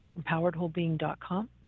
empoweredwholebeing.com